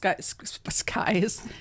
skies